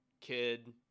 Kid